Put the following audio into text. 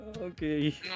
okay